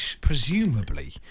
presumably